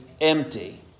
empty